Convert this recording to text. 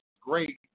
great